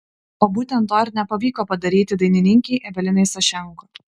o būtent to ir nepavyko padaryti dainininkei evelinai sašenko